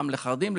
גם לחרדים,